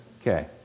Okay